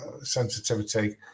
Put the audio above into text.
sensitivity